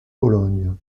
cologne